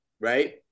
right